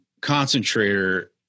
concentrator